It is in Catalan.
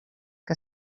que